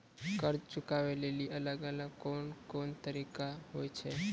कर्जा चुकाबै लेली अलग अलग कोन कोन तरिका होय छै?